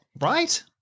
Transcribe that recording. Right